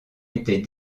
était